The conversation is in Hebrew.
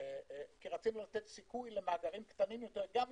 כי רצינו לתת סיכוי למאגרים קטנים יותר גם לפתח,